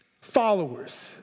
followers